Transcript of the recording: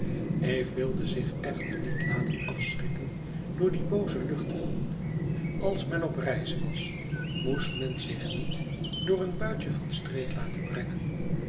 eve wilde zich echter niet laten afschrikken door die booze luchten als men op reis was moest men zich niet door een buitje van streek laten brengen